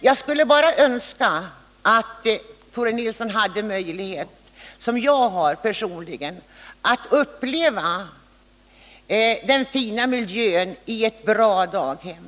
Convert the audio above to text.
Jag önskar att Tore Nilsson hade möjlighet att, som jag personligen har, få uppleva den fina miljön i ett bra daghem.